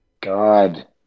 God